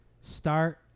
start